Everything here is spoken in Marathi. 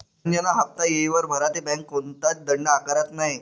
करजंना हाफ्ता येयवर भरा ते बँक कोणताच दंड आकारत नै